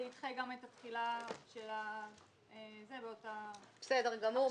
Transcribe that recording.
זה ידחה גם את התחילה --- בסדר גמור,